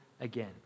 again